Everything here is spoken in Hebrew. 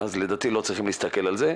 אז לא צריך להסתכל על זה,